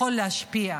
יכול להשפיע.